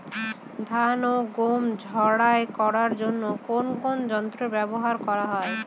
ধান ও গম ঝারাই করার জন্য কোন কোন যন্ত্র ব্যাবহার করা হয়?